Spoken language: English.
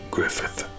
Griffith